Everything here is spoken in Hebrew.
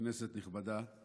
כנסת נכבדה,